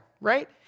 right